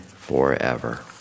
forever